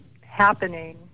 happening